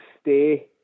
stay